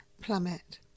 plummet